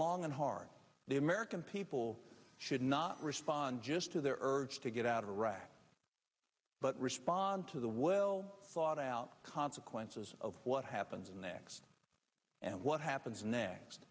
long and hard the american people should not respond just to their urge to get out of iraq but respond to the well thought out consequences of what happens next and what happens next